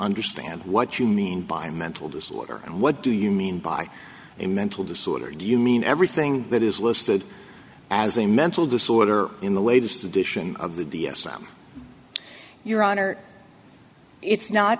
understand what you mean by mental disorder and what do you mean by a mental disorder or do you mean everything that is listed as a mental disorder in the latest edition of the d s m your honor it's not